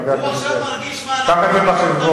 הבא זאת בחשבון, חבר הכנסת זאב.